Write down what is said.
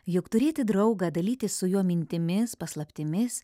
juk turėti draugą dalytis su juo mintimis paslaptimis